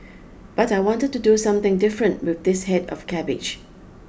but I wanted to do something different with this head of cabbage